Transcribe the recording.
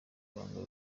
ibanga